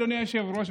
אדוני היושב-ראש,